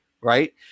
right